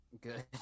good